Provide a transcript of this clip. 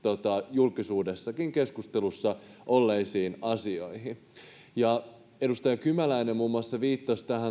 julkisuudessakin keskustelussa olleisiin asioihin edustaja kymäläinen muun muassa viittasi tähän